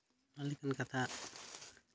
ᱚᱱᱟ ᱞᱮᱠᱟᱱ ᱠᱟᱛᱷᱟ